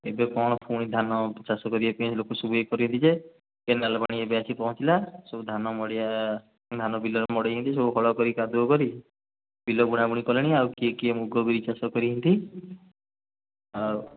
ଏବେ କ'ଣ ପୁଣି ଧାନଚାଷ କରିବା ପାଇଁ ଲୋକ ସବୁ ଇଏ କରିବେ ବୋଲି ଯେ କେନାଲ୍ ପାଣି ଏବେ ଆସି ପହଁଚିଲା ସବୁ ଧାନ ମଡ଼ିଆ ସବୁ ଧାନ ବିଲରେ ମଡ଼ାଇଛନ୍ତି ସବୁ ହଳ କରି କାଦୁଅ କରି ବିଲ ବୁଣାବୁଣି କଲେଣି ଆଉ କିଏ କିଏ ମୁଗ ବିରି ଚାଷ କରିଛନ୍ତି ଆଉ